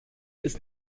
ist